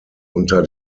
unter